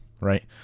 right